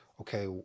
okay